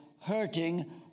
hurting